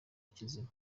kizima